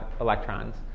electrons